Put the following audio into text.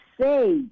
say